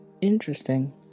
Interesting